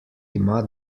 ima